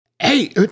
Hey